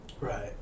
Right